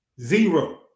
Zero